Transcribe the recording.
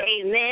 Amen